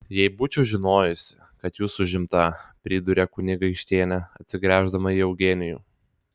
jei būčiau žinojusi kad jūs užimta pridūrė kunigaikštienė atsigręždama į eugenijų